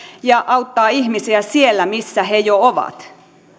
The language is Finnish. ja auttaa ihmisiä siellä missä he jo ovat